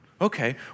Okay